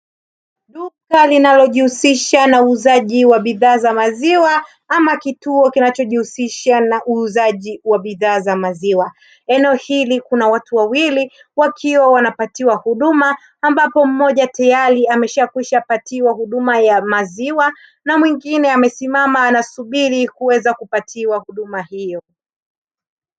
Duka linalojihusisha na uuzaji wa bidhaa za maziwa ama kituo kinachojihusisha na uuzaji wa bidhaa za maziwa, eneo hili kuna watu wawili wakiwa wanapatiwa huduma, ambapo mmoja tayari ameshakwisha patiwa huduma ya maziwa na mwingine amesimama anasubiri kuweza kupatiwa huduma hiyo.